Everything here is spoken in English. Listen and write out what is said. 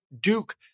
Duke